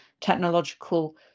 technological